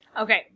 Okay